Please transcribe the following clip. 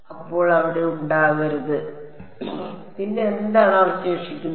അപ്പോൾ അവിടെ ഉണ്ടാകരുത് പിന്നെ എന്താണ് അവശേഷിക്കുന്നത്